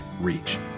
reach